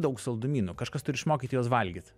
daug saldumynų kažkas turi išmokyti juos valgyt